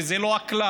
וזה לא הכלל,